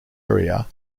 area